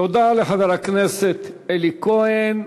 תודה לחבר הכנסת אלי כהן.